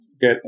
get